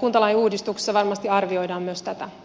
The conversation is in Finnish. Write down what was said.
kuntalain uudistuksessa varmasti arvioidaan myös tätä kysymystä